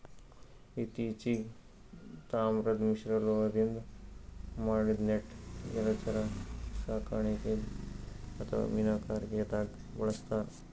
ಇತ್ತಿಚೀಗ್ ತಾಮ್ರದ್ ಮಿಶ್ರಲೋಹದಿಂದ್ ಮಾಡಿದ್ದ್ ನೆಟ್ ಜಲಚರ ಸಾಕಣೆಗ್ ಅಥವಾ ಮೀನುಗಾರಿಕೆದಾಗ್ ಬಳಸ್ತಾರ್